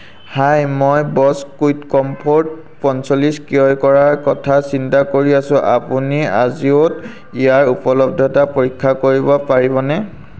হাই মই Bose QuietComfort পঞ্চল্লিছ ক্ৰয় কৰাৰ কথা চিন্তা কৰি আছোঁ আপুনি আজিঅ'ত ইয়াৰ উপলব্ধতা পৰীক্ষা কৰিব পাৰিবনে